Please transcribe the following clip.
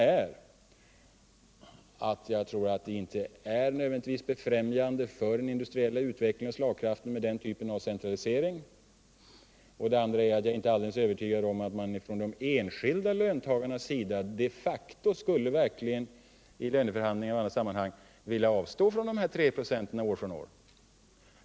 Den ena synpunkten är att jag inte tror att denna typ av centralisering nödvändigtvis är befrämjande för den industriella utvecklingen och slagkraften, och den andra synpunkten är att jag inte är helt övertygad om att man från de enskilda löntagarnas sida i löneförhandlingar och andra sammanhang skulle vilja avstå dessa 3 96 år från år.